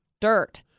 dirt